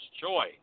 joy